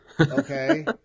okay